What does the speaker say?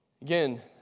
Again